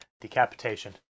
Decapitation